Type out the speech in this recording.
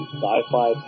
Sci-Fi